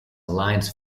alliance